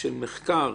של מחקר,